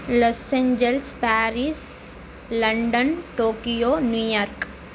Los Angeles Paris London Tokyo New York